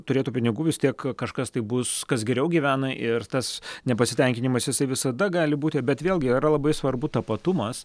turėtų pinigų vis tiek kažkas tai bus kas geriau gyvena ir tas nepasitenkinimas jisai visada gali būti bet vėlgi yra labai svarbu tapatumas